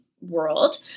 world